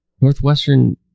Northwestern